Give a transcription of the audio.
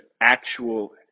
actual